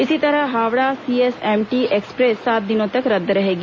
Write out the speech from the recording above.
इसी तरह Howrah CSMT express सात दिनों तक रद्द रहेगी